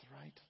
right